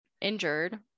injured